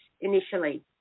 initially